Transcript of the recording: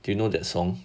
do you know that song